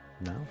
No